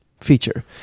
feature